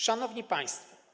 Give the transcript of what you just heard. Szanowni Państwo!